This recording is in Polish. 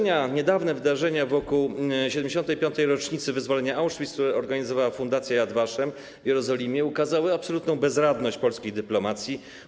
Niedawne wydarzenia wokół 75. rocznicy wyzwolenia Auschwitz, które organizowała Fundacja Yad Vashem w Jerozolimie, ukazały absolutną bezradność polskiej dyplomacji.